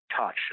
touch